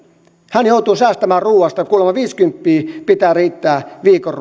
hän joutuu säästämään ruuasta kuulemma viisikymmentä pitää riittää viikon